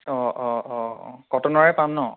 অ' অ' অ' অ' কটনৰে পাম ন